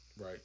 Right